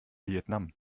vietnam